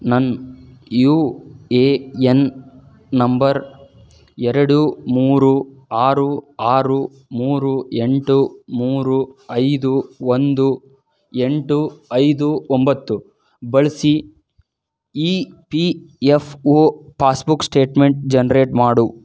ನನ್ನ U A N number ಎರಡು ಮೂರು ಆರು ಆರು ಮೂರು ಎಂಟು ಮೂರು ಐದು ಒಂದು ಎಂಟು ಐದು ಒಂಬತ್ತು ಬಳಸಿ E P F O passbook statement generate ಮಾಡು